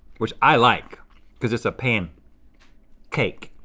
which i like cause it's a pan cake.